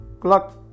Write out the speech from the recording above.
Clock